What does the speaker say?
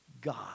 God